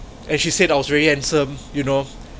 and she said I was very handsome you know